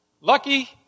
Lucky